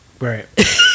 Right